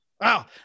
Wow